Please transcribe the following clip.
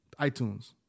iTunes